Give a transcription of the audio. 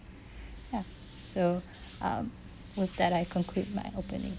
ya so um with that I conclude my opening